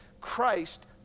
Christ